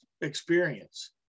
experience